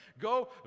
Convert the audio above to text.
go